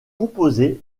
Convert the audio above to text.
composé